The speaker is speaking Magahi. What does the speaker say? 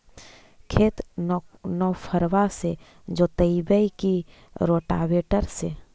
खेत नौफरबा से जोतइबै की रोटावेटर से?